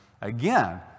again